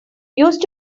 used